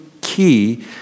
key